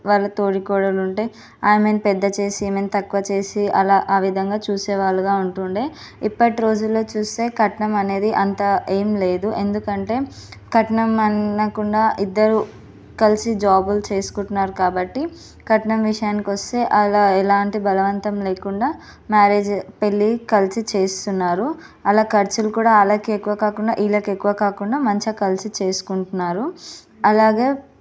వాళ్ళ తోడి కోడలు ఉంటే ఆమెను పెద్ద చేసి ఈమెని తక్కువ చేసి అలా ఆ విధంగా చూసే వాళ్ళుగా ఉండేది ఇప్పటి రోజుల్లో చూస్తే కట్నం అనేది అంత ఏం లేదు ఎందుకంటే కట్నం అనకుండా ఇద్దరు కలిసి జాబులు చేసుకుంటున్నారు కాబట్టి కట్నం విషయానికొస్తే అలా ఎలాంటి బలవంతం లేకుండా మ్యారేజ్ పెళ్ళి కలిసి చేస్తున్నారు అలా ఖర్చులు కూడా వాళ్ళకు ఎక్కువ కాకుండా వీళ్ళకి ఎక్కువ కాకుండా మంచిగా కలిసి చేసుకుంటున్నారు అలాగే